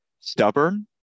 stubborn